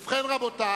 ובכן, רבותי,